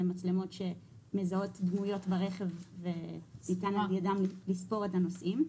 מצלמות שמזהות דמויות ברכב וניתן על ידן לספור את הנוסעים.